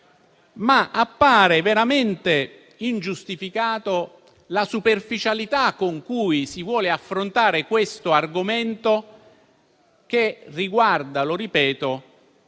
Appare veramente ingiustificata la superficialità con cui si vuole affrontare questo argomento, che riguarda, lo ripeto,